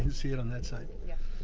see it on that side. yeah